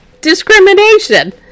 Discrimination